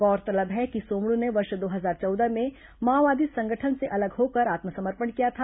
गौरतलब है कि सोमडू ने वर्ष दो हजार चौदह में माओवादी संगठन से अलग होकर आत्मसमर्पण किया था